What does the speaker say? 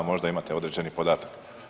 Možda imate određeni podatak?